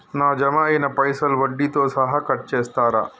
నా జమ అయినా పైసల్ వడ్డీతో సహా కట్ చేస్తరా?